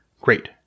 Great